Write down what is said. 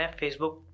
facebook